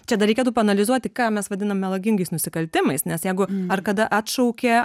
čia dar reikėtų paanalizuoti ką mes vadinam melagingais nusikaltimais nes jeigu ar kada atšaukė